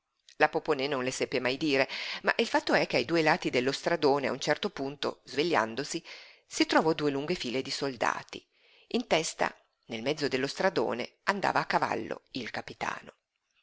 la poponè non lo seppe mai dire ma il fatto è che ai due lati dello stradone a un certo punto svegliandosi si trovò due lunghe file di soldati in testa nel mezzo dello stradone andava a cavallo il capitano